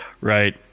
Right